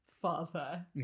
father